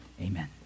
Amen